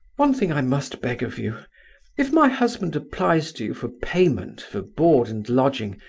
one thing i must beg of you if my husband applies to you for payment for board and lodging,